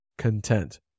content